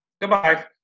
Goodbye